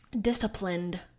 disciplined